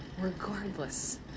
regardless